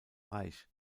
reich